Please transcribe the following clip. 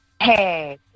Hey